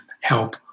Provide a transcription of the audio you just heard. help